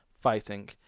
fighting